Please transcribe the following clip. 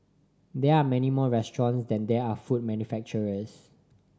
there are many more restaurants than there are food manufacturers